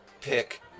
Pick